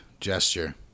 gesture